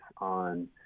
on